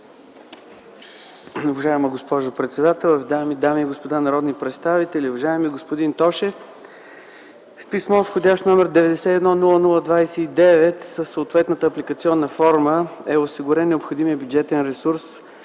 Уважаема госпожо председател, уважаеми дами и господа народни представители! Уважаеми господин Тошев, с писмо вх. № 91-00-29 със съответната апликационна форма е осигурен необходимият бюджетен ресурс